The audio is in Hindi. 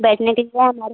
बैठने के लिए हमारे